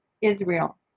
Israel